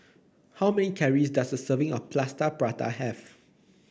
how many calories does a serving of Plaster Prata have